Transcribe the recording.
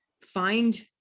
find